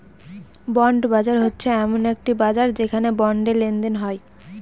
bond বাজার হচ্ছে এমন একটি বাজার যেখানে বন্ডে লেনদেন হয়